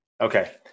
Okay